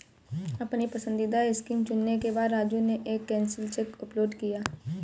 अपनी पसंदीदा स्कीम चुनने के बाद राजू ने एक कैंसिल चेक अपलोड किया